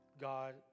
God